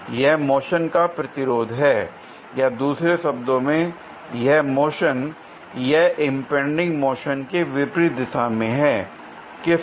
यह मोशन का प्रतिरोध है या दूसरे शब्दों में यह मोशन या इंपैंडिंग मोशन के विपरीत दिशा में है किस पर